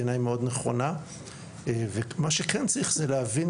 בעיניי מאוד נכונה ומה שכן צריך זה להבין,